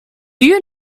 you